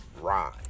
rhyme